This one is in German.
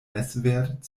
messwert